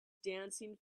dancing